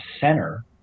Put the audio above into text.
center